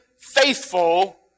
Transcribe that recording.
faithful